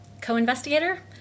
co-investigator